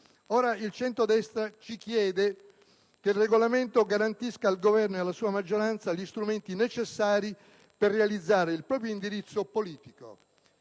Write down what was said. Ora il centrodestra ci chiede che il Regolamento garantisca al Governo e alla sua maggioranza gli strumenti necessari per realizzare il proprio indirizzo politico.